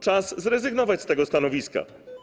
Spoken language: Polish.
Czas zrezygnować z tego stanowiska.